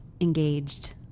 engaged